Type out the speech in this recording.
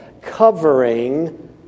covering